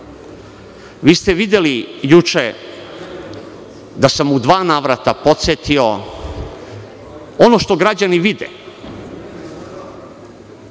ste juče da sam u dva navrata podsetio, ono što građani vide,